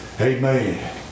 amen